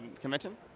convention